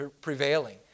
prevailing